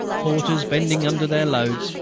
porters, bending under their loads,